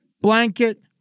blanket